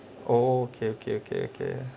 oh okay okay okay okay